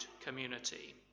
community